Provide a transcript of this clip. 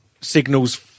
signals